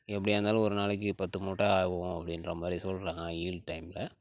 எப்படியா இருந்தாலும் ஒரு நாளைக்கு பத்து மூட்டை ஆகும் அப்படின்ற மாதிரி சொல்கிறாங்க ஈல்ட் டைம்ல